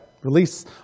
Release